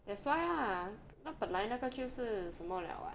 that's why ah 那本来那个就是什么 liao [what]